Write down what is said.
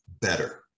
better